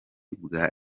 bwa